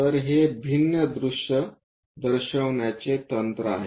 तर हे भिन्न दृश्य दर्शविण्याचे तंत्र आहे